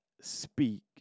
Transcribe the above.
speak